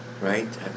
right